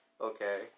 okay